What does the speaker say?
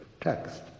text